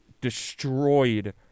destroyed